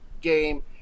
game